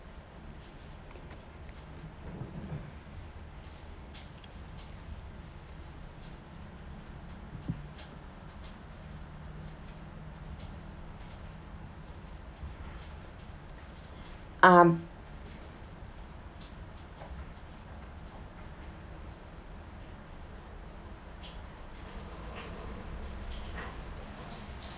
uh